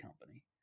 Company